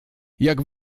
jak